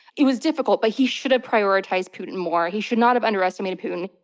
it was difficult, but he should have prioritized putin more. he should not have underestimated putin.